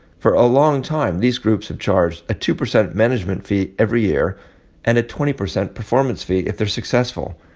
for a long time, these groups have charged a two percent management fee every year and a twenty percent performance fee if they're successful.